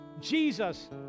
Jesus